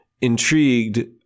intrigued